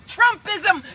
Trumpism